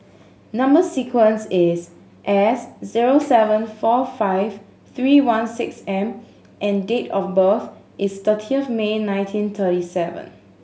number sequence is S zero seven four five three one six M and date of birth is thirty of May nineteen thirty seven